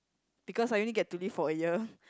because I only get to live for a year